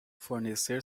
fornecer